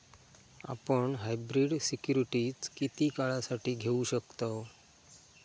आपण hybrid securities किती काळासाठी घेऊ शकतव